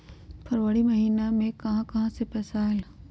फरवरी महिना मे कहा कहा से पैसा आएल?